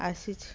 ଆସିଛି